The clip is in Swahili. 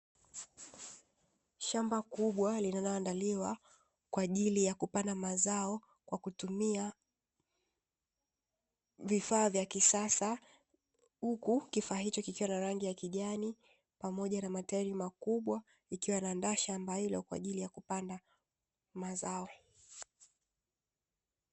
Shamba kubwa lililoandaliwa kwa ajili ya kupanda mazao kwa kutumia vifaa vya kisasa, huku kifaa hicho kikiwa kina rangi ya kijani pamoja na matairi makubwa, likiwa linaandaa shamba hilo kwa ajili ya kupanda mazao.